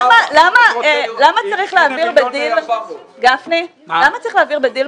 סבבה, אני רוצה לראות הנה, 1.4 מיליון.